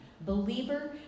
Believer